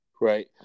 Right